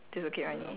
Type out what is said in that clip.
ya